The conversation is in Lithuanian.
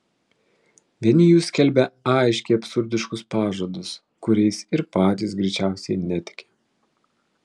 vieni jų skelbia aiškiai absurdiškus pažadus kuriais ir patys greičiausiai netiki